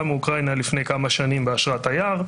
מאוקראינה לפני כמה שנים באשרת תייר,